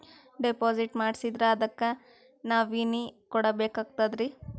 Deposit ಮಾಡ್ಸಿದ್ರ ಅದಕ್ಕ nominee ಕೊಡಬೇಕಾಗ್ತದ್ರಿ?